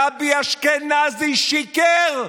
גבי אשכנזי שיקר.